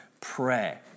pray